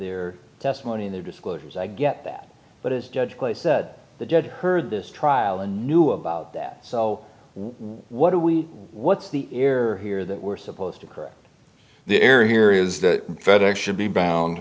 their testimony in their disclosures i get that but as judge clay said the judge heard this trial and knew about that so what do we what's the air here that we're supposed to correct the error here is that fed ex should be b